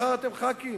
מחר אתם חברי כנסת,